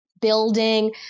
building